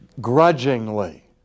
grudgingly